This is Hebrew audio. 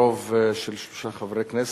ברוב של שלושה חברי כנסת,